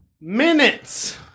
minutes